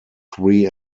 three